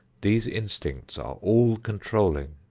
these instincts are all-controlling.